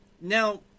Now